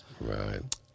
Right